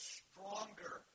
stronger